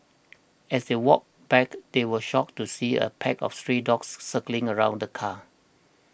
as they walked back they were shocked to see a pack of stray dogs circling around the car